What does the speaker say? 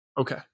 Okay